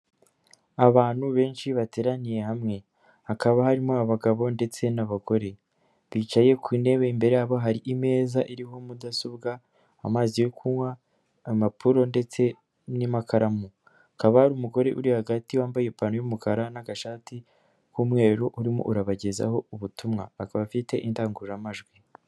Abantu benshi bateraniye hamwe hakaba harimo abagabo ndetse n'abagore, bicaye ku ntebe imbere yabo hari imeza iriho mudasobwa, amazi yo kunywa, impapuro ndetse n'amakaramu, hakaba hari umugore uri hagati wambaye ipantaro y'umukara n'agashati k'umweru urimo urabagezaho ubutumwa akaba afite indangururamajwi.